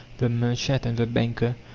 the merchant, and the banker,